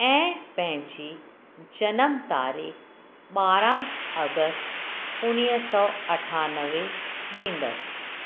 ऐं पंहिंजी जनम तारीख़ ॿारहं अगस्त उणीवीह सौ अठानवे ॾींदसि